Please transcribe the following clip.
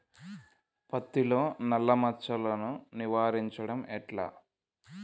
పత్తిలో నల్లా మచ్చలను నివారించడం ఎట్లా?